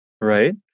right